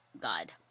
God